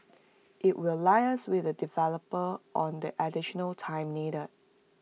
IT will liaise with the developer on the additional time needed